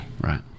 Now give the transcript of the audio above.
Right